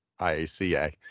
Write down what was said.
IACA